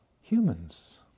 humans